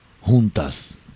juntas